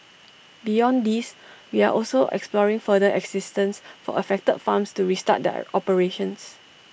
beyond these we are also exploring further assistance for affected farms to restart their operations